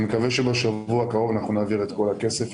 אני מקווה שבשבוע הקרוב נעביר את כל הכסף,